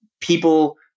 people